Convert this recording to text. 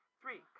Three